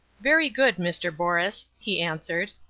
very good, mr. borus, he answered.